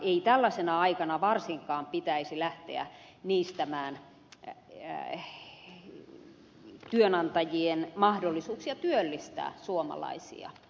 ei tällaisena aikana varsinkaan pitäisi lähteä niistämään työnantajien mahdollisuuksia työllistää suomalaisia